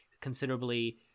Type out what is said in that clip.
considerably